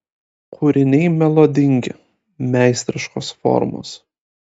kūriniai melodingi meistriškos formos